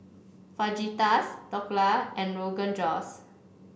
Fajitas Dhokla and Rogan Josh